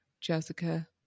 Jessica